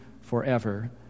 forever